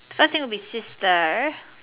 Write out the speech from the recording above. that thing would be sister